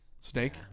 Snake